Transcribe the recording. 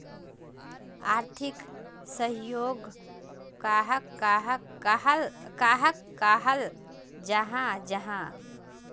आर्थिक सहयोग कहाक कहाल जाहा जाहा?